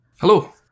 hello